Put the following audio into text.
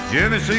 Jimmy